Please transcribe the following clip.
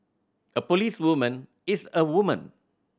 a policewoman is a woman